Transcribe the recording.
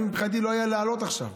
מבחינתי היה לא לעלות עכשיו.